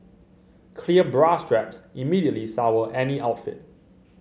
clear bra straps immediately sour any outfit